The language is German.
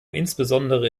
insbesondere